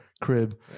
crib